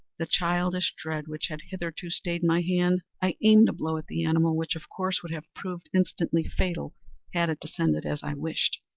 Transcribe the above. the childish dread which had hitherto stayed my hand, i aimed a blow at the animal which, of course, would have proved instantly fatal had it descended as i wished.